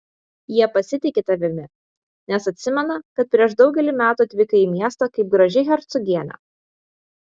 jie pasitiki tavimi nes atsimena kad prieš daugelį metų atvykai į miestą kaip graži hercogienė